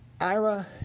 Ira